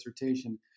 dissertation